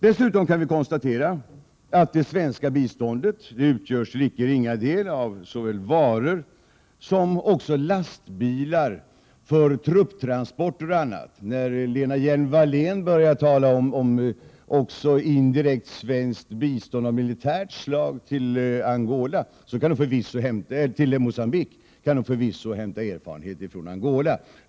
Dessutom kan vi konstatera att det svenska biståndet till icke ringa del utgörs av såväl varor som lastbilar för trupptransporter och annat. När Lena Hjelm-Wallén också börjar tala om indirekt svenskt bistånd av militärt slag till Mogambique kan hon förvisso hämta erfarenhet från Angola.